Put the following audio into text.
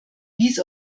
wies